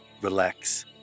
Relax